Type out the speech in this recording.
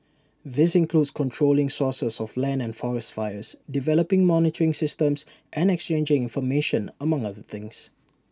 this includes controlling sources of land and forest fires developing monitoring systems and exchanging information among other things